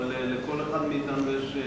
אבל לכל אחד מאתנו יש,